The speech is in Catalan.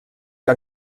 que